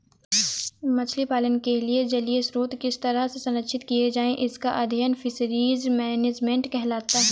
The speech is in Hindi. मछली पालन के लिए जलीय स्रोत किस तरह से संरक्षित किए जाएं इसका अध्ययन फिशरीज मैनेजमेंट कहलाता है